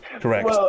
Correct